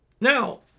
now